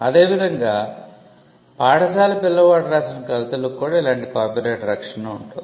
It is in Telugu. అదేవిధంగా పాఠశాల పిల్లవాడు రాసిన కవితలకు కూడా ఇలాంటి కాపీరైట్ రక్షణ ఉంటుంది